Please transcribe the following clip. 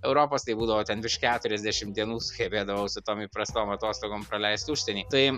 europos tai būdavo ten virš keturiasdešimt dienų sugebėdavau su tom įprastom atostogom praleist užsieny tai